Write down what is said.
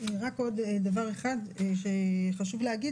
רק עוד דבר אחד שחשוב להגיד,